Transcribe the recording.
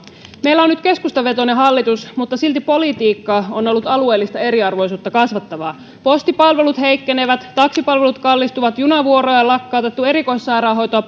meillä on nyt keskustavetoinen hallitus mutta silti politiikka on ollut alueellista eriarvoisuutta kasvattavaa postipalvelut heikkenevät taksipalvelut kallistuvat junavuoroja on lakkautettu erikoissairaanhoitoa